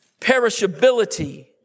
perishability